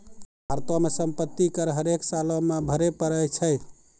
भारतो मे सम्पति कर हरेक सालो मे भरे पड़ै छै